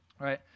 right